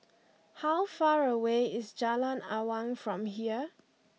how far away is Jalan Awang from here